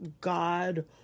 God